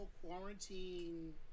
quarantine